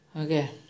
okay